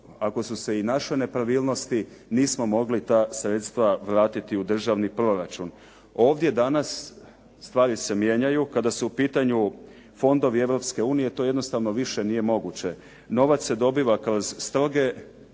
ako su se i našle nepravilnosti nismo mogli ta sredstva vratiti u državni proračun. Ovdje danas stvari se mijenjaju. Kada su u pitanju fondovi Europske unije to jednostavno više nije moguće. Novac se dobiva kroz stroge